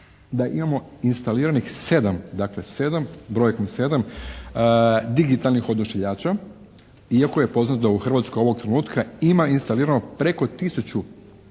da imamo instaliranih 7, dakle 7, brojkom 7 digitalnih odašiljača iako je poznato da u Hrvatskoj ovog trenutka ima instalirano preko tisuću